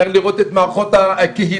צריך לראות את מערכות הקהילה,